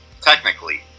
technically